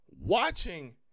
watching